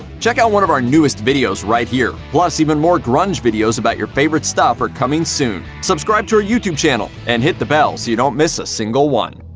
check out one of our newest videos right here! plus, even more grunge videos about your favorite stuff are coming soon. subscribe to our youtube channel and hit the bell so you don't miss a single one.